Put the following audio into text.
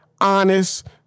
honest